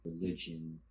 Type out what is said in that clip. religion